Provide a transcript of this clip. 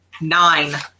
Nine